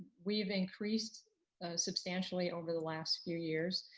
we've increased substantially over the last few years.